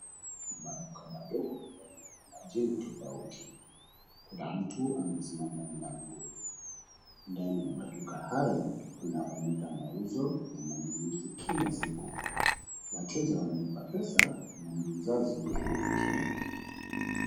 Maduka madogo yaliyo na majina tofauti. Kuna mtu amesimama mlangoni. Ndani ya maduka haya kunafanyika mauzo na manunuzi kila siku. Wateja wanalipa pesa na muuzaji anapokea.